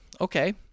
Okay